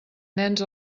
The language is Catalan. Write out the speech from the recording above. nens